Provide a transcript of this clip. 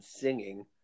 singing